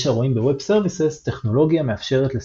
יש הרואים ב Web Services טכנולוגיה מאפשרת ל-SOA.